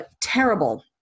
terrible